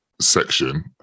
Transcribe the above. section